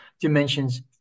dimensions